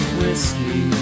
whiskey